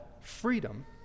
freedom